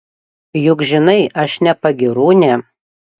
juk žinai aš ne pagyrūnė